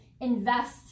invest